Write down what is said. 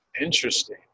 interesting